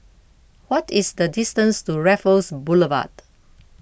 what is the distance to Raffles Boulevard